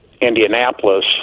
Indianapolis